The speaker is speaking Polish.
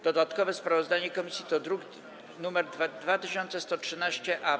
Dodatkowe sprawozdanie komisji to druk nr 2113-A.